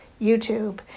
YouTube